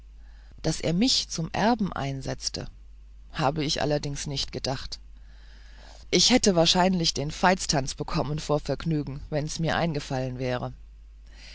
daß er mich zum erben einsetzte habe ich mir allerdings nicht gedacht ich hätte wahrscheinlich den veitstanz bekommen vor vergnügen wenn's mir eingefallen wäre